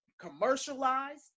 commercialized